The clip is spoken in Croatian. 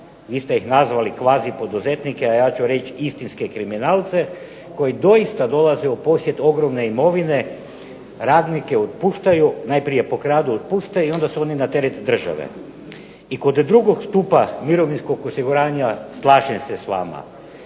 vi ste ih nazvali kvazipoduzetnike, a ja ću reći istinske kriminalce koji doista dolaze u posjed ogromne imovine, radnike otpuštaju, najprije pokradu, otpuštaju i onda su oni na teret države. I kod drugog stupa mirovinskog osiguranja slažem se s vama,